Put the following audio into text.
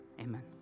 Amen